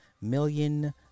million